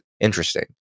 interesting